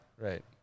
Right